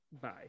Bye